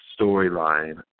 storyline